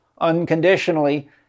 unconditionally